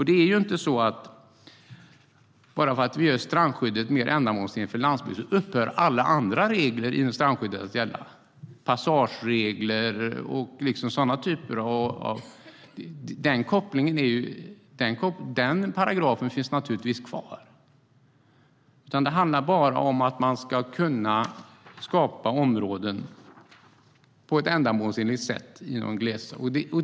Det är inte så att bara för att vi gör strandskyddet mer ändamålsenligt för landsbygden upphör alla andra regler inom strandskyddet att gälla, till exempel passageregler. Den paragrafen finns naturligtvis kvar. Det handlar bara om att man ska kunna skapa områden på ett ändamålsenligt sätt.